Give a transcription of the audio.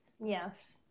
Yes